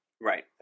Right